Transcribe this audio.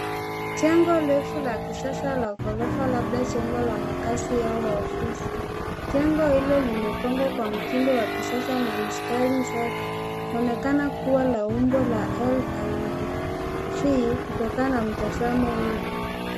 Jengo refu la kisasa la ghorofa labda, jengo la makasi au ofisi, jengo hilo limepangwa kwa mtindo wa kisasa na mistari safi, linaonekana kua la umbo la L & V kutokana na mtazamo huu.